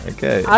Okay